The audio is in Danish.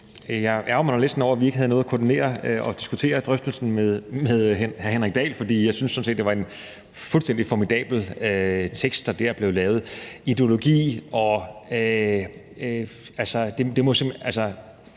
jeg næsten ærgrer mig over, at vi ikke havde nået at koordinere og diskutere drøftelsen med hr. Henrik Dahl, for jeg synes sådan set, det var en fuldstændig formidabel tekst, der dér blev lavet. Ideologi og alt det må ligesom